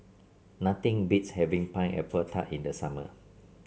nothing beats having Pineapple Tart in the summer